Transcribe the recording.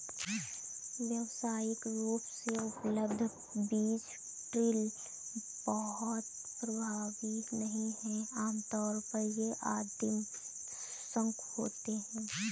व्यावसायिक रूप से उपलब्ध बीज ड्रिल बहुत प्रभावी नहीं हैं आमतौर पर ये आदिम शंकु होते हैं